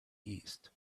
east